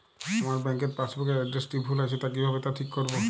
আমার bank passbook এর এড্রেসটি ভুল আছে কিভাবে তা ঠিক করবো?